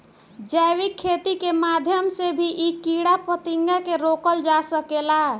जैविक खेती के माध्यम से भी इ कीड़ा फतिंगा के रोकल जा सकेला